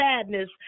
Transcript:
sadness